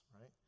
right